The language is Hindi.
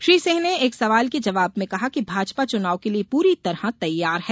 श्री सिंह ने एक सवाल के जवाब में कहा कि भाजपा चुनाव के लिये पूरी तरह तैयार है